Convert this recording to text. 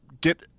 get